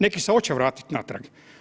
Neki se hoće vratiti natrag.